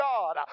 God